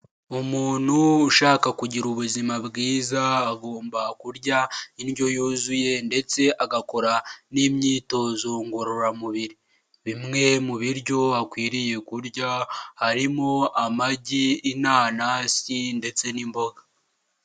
Umuntu ushaka kugira ubuzima bwiza, agomba kurya indyo yuzuye ndetse agakora n'imyitozo ngororamubiri, bimwe mu biryo akwiriye kurya, harimo amagi, inanasi, ndetse n'imboga.